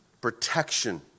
protection